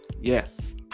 yes